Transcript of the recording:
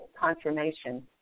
confirmation